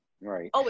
Right